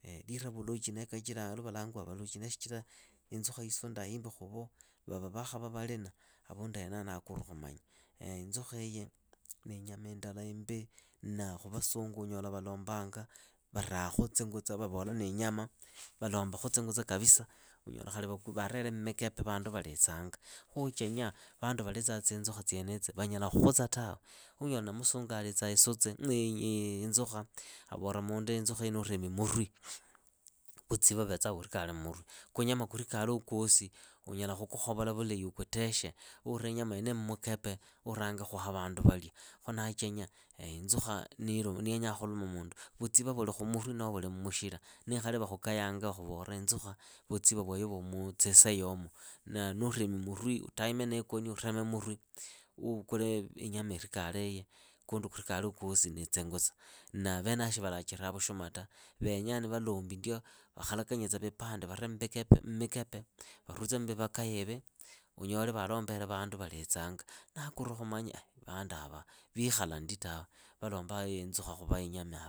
rira vulochi nekachira lwa valangwaa valochi neshichira inzukha yisuunda khuvo, vava vaakhava valina? Havundu henaho ndakorwa khumanya. Inzukha hiyi ni inyama indala imbi na khuwasungu unyola valombanga varakhu tsingutsa vavola niinyama, valombakhu tsingutsa kapisa, unyola khali vaarele mmikepe vandu valitsanga. Khuchenya vandu valitsa tsinzukha tsienetso vanyala khutsa tawe. Hunyola musungu alitsaa inzukha. avola mindu inzukhiiyi nuuremi murwi vitsiva vetsa vuurikale mmurwi. Kunyama kurikaleuku kwosi unyala khukukhovola vulahi ukutekhe. uure inyama yene mukepe urange khuha vandu valia. Khundachenya inzukha niyenyaa khukuma mundu vutsiva vuli khumurwi noho vuri mmushira. Nikhali vakhukayanga vakhuvora inzukha vutsiva vuli mutsisayomo na nuuremi murwi utaime niikoni ureme murwi. uvukule inyama irikale. kundu kurikaleuku kwosi ni tsingusta. Na venavo shi valachiraa vushuma ta. veenya nivalombi ndio vakhalakanye tsa vipande vare mikepe. varutsemu vivakayiivi, unyole vaalombele vandu valitsaanga. Ndakorwa khumanya ai vanduava vikhala ndi tawe valombaa inzukha khuva inyamaavo.